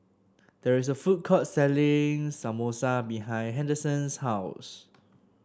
there is a food court selling Samosa behind Henderson's house